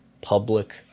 public